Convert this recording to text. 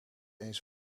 eens